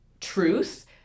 truth